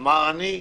אמר, אני,